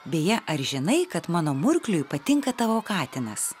beje ar žinai kad mano murkliui patinka tavo katinas